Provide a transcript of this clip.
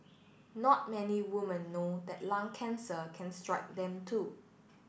not many woman know that lung cancer can strike them too